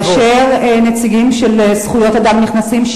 כאשר נציגים של ארגוני זכויות אדם נכנסים,